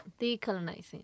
decolonizing